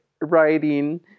writing